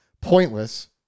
pointless